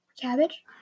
cabbage